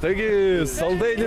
taigi saldainį